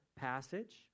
passage